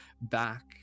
back